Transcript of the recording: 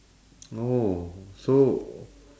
orh so